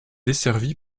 desservi